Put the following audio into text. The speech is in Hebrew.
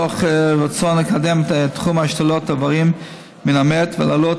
מתוך רצון לקדם את תחום השתלות איברים מן המת ולעלות